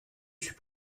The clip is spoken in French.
suis